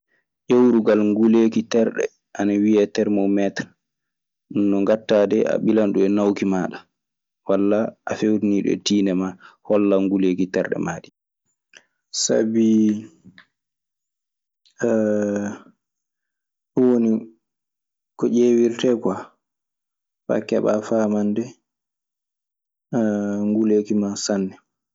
Ƴewrugal ngulleefi terɗe ana wiyee termometere no ngattaa dee. A ɓilan ɗum e nawki maaɗa walla a fewtiniiɗun e tiinnde maaɗa hollan ngulleeki terɗe maa. Sabi ɗun woni ko ƴeewirtee kwa, faa keɓaa faamande nguleeki maa sanne.